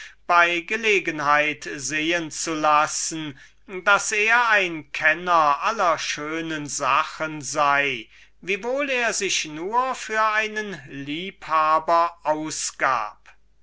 bei gelegenheit sehen zu lassen daß er ein kenner aller schönen sachen sei ob er sich gleich nur für einen liebhaber gab